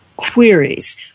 queries